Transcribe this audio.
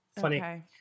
funny